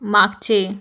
मागचे